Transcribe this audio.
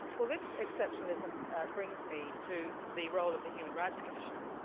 well this exceptionalism brings me to the role of the human rights commission.